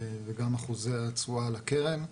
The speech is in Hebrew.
גם אחוזי התשואה על הקרן.